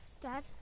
dad